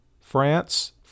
France